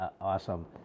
awesome